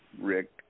Rick